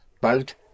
bald